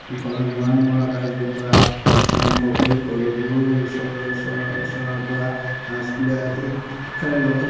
ঘৰৰ মৰাণ মৰা কাৰ্যৰ পৰা আৰম্ভ কৰি ঘৰৰ গৰু চৰ চৰা চৰাৰ পৰা স্কুলীয়া শিক্ষাৰ লগত